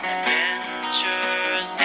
Adventures